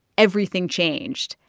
everything changed.